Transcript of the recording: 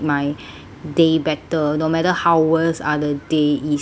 day better no matter how worse are the day is